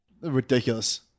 Ridiculous